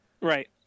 right